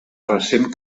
recent